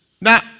Now